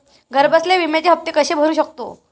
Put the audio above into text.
घरबसल्या विम्याचे हफ्ते कसे भरू शकतो?